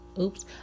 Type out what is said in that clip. Oops